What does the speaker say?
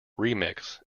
remix